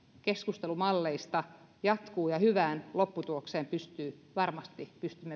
keskustelu malleista jatkuu ja hyvää lopputulokseen pystymme varmasti